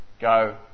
go